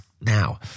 Now